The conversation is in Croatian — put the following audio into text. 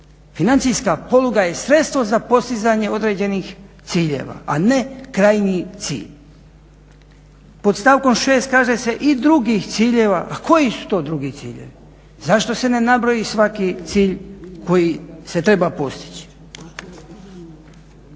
Financijska poluga je sredstvo za postizanje određenih ciljeva, a ne krajnji cilj. Pod stavkom šest kaže se i drugih ciljeva. A koji su to drugi ciljevi? Zašto se ne nabroji svaki cilj koji se treba postići?